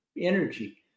energy